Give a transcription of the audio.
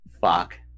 Fuck